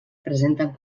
presenten